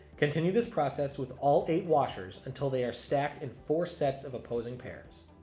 continue this process with all eight washers until they are stacked in four sets of opposing pairs.